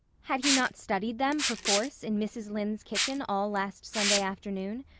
had he not studied them perforce in mrs. lynde's kitchen, all last sunday afternoon?